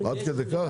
עד כדי כך?